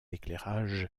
éclairage